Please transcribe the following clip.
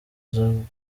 zuckerberg